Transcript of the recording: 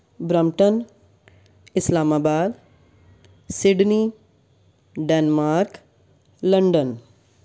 Brampton Islamabad Sydney Denmark London